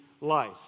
life